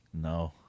No